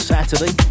Saturday